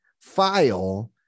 file